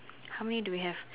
how many do we have